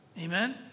Amen